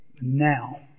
now